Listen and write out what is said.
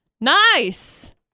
Nice